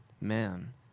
Man